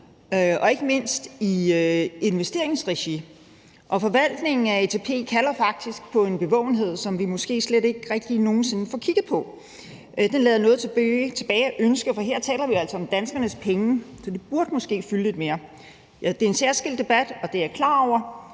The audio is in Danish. og ikke mindst i investeringsregi. Forvaltningen af ATP kalder faktisk på en bevågenhed, som vi måske slet ikke nogen sinde får kigget på. Den lader noget tilbage at ønske, for her taler vi jo altså om danskernes penge. Så det burde måske fylde lidt mere. Det er en særskilt debat; det er jeg klar over,